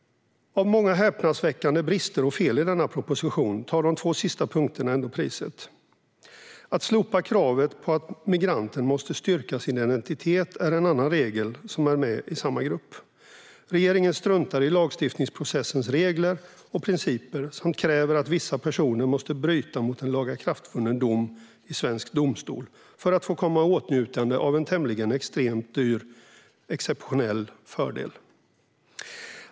Av många häpnadsväckande brister och fel i denna proposition tar de två sista punkterna ändå priset. Att slopa kravet på att migranten måste styrka sin identitet är en annan regel som är med i samma grupp. Regeringen struntar i lagstiftningsprocessens regler och principer samt kräver att vissa personer måste bryta mot en lagakraftvunnen dom i svensk domstol för att få komma i åtnjutande av en extremt dyr exceptionell fördel.